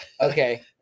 okay